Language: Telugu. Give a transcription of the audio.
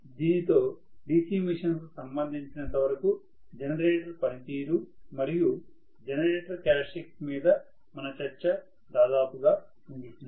దీనితో DC మిషన్స్ కు సంబంధించినంత వరకు జనరేటర్ పనితీరు మరియు జనరేటర్ క్యారెక్టర్స్టిక్స్ మీద మన చర్చ దాదాపుగా ముగిసింది